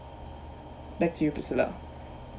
back to you priscilla